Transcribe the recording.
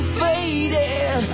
fading